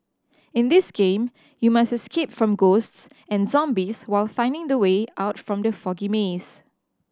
in this game you must escape from ghosts and zombies while finding the way out from the foggy maze